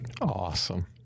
Awesome